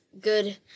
good